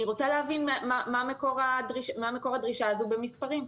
אני רוצה להבין מה מקור הדרישה הזאת במספרים.